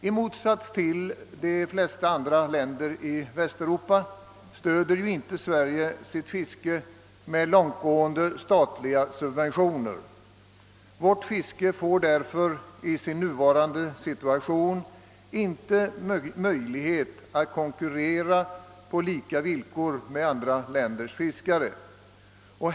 I motsats till de flesta andra länder i Västeuropa stöder Sverige inte fisket med långtgående statliga subventioner. De svenska fiskarna har därför i sin nuvarande situation inte möjlighet att konkurrera på lika villkor med andra länders fiskare.